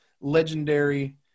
legendary